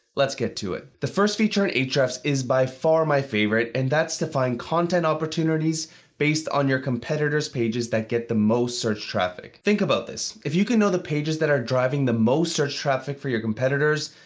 let's get to it. the first feature and ahrefs is by far my favorite, and that's to find content opportunities based on your competitor's pages that get the most search traffic. think about this. if you could know the pages that are driving the most search traffic for your competitors,